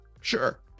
Sure